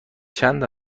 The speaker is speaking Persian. چند